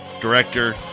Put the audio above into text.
director